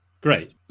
great